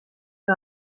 que